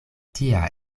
tia